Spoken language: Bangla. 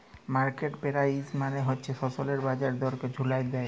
মার্কেট পেরাইস মালে হছে ফসলের বাজার দরকে বুঝাল হ্যয়